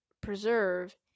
preserve